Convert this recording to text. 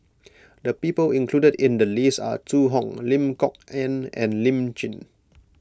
the people included in the list are Zhu Hong Lim Kok Ann and Lim Jim